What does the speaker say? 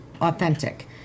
authentic